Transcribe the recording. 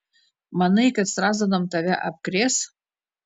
manai kad strazdanom tave apkrės